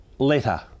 letter